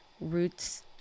roots